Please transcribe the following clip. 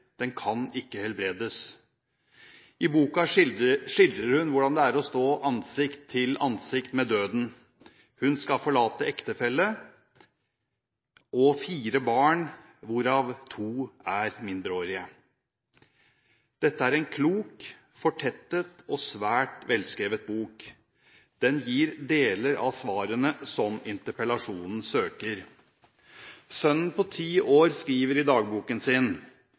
Den kan ikke helbredes.» I boka skildrer hun hvordan det er å stå ansikt til ansikt med døden. Hun skal forlate ektefelle og fire barn, hvorav to er mindreårige. Dette er en klok, fortettet og svært velskrevet bok. Den gir deler av svarene som interpellasjonen søker. Sønnen på ti år skriver i dagboken sin: